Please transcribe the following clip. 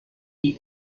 die